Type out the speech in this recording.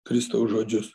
kristaus žodžius